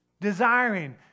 desiring